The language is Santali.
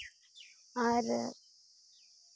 ᱟᱨ